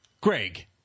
Greg